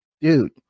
dude